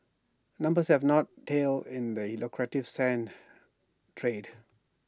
numbers have not tail in the E lucrative sand trade